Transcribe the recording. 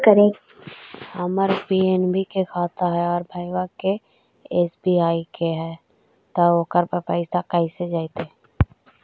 हमर पी.एन.बी के खाता है और भईवा के एस.बी.आई के है त ओकर पर पैसबा कैसे जइतै?